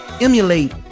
emulate